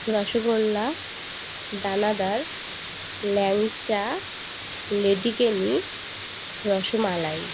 rasgulla danadar langcha ledikeni rasmalai